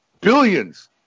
billions